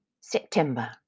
September